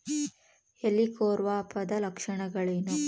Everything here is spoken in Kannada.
ಹೆಲಿಕೋವರ್ಪದ ಲಕ್ಷಣಗಳೇನು?